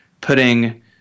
putting